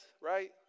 right